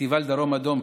פסטיבל דרום אדום,